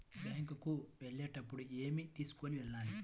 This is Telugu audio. బ్యాంకు కు వెళ్ళేటప్పుడు ఏమి తీసుకొని వెళ్ళాలి?